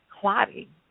clotting